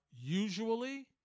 usually